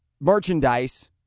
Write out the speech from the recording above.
merchandise